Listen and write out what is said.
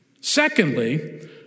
Secondly